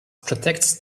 protects